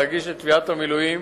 להגיש את תביעת המילואים